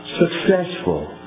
successful